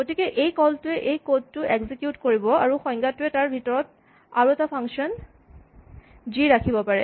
গতিকে এই কল টোৱে এই কড টো এক্সিকিউট কৰিব আৰু এই সংজ্ঞাটোৱে তাৰ ভিতৰত আৰু এটা ফাংচন জি ৰাখিব পাৰে